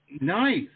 Nice